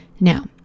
Now